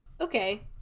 Okay